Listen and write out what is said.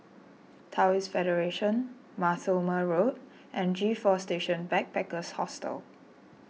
Taoist Federation Mar Thoma Road and G four Station Backpackers Hostel